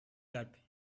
that